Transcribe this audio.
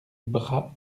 bras